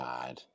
God